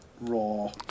raw